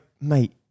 mate